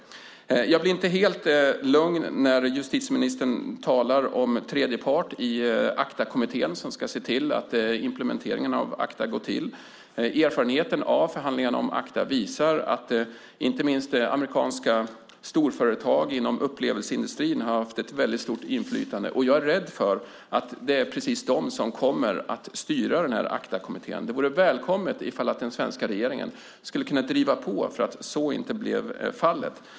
Jag blir inte helt lugn när justitieministern talar om tredje part i ACTA-kommittén som ska se till hur implementeringen av ACTA ska ske. Erfarenheterna av förhandlingar om ACTA visar att inte minst amerikanska storföretag inom upplevelseindustrin har haft ett väldigt stort inflytande. Jag är rädd för att det är precis de som kommer att styra ACTA-kommittén. Det vore välkommet om den svenska regeringen skulle kunna driva på för att så inte blir fallet.